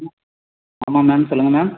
ம் ஆமாம் மேம் சொல்லுங்கள் மேம்